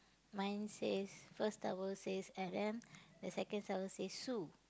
mine says first towel says L M the second towel says Sue